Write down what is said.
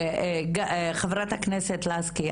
חברת הכנסת לסקי,